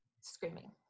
screaming